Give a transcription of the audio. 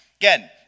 Again